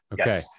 Okay